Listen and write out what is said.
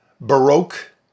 Baroque